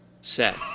set